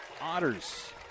Otters